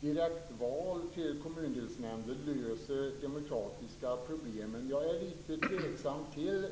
Direktval till kommundelsnämnder som lösning för demokratiska problem är jag personligen litet tveksam till.